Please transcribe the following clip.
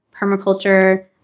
permaculture